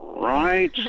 Right